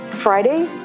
Friday